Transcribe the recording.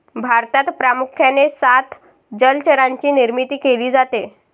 भारतात प्रामुख्याने सात जलचरांची निर्मिती केली जाते